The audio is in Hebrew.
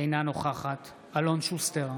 אינה נוכחת אלון שוסטר,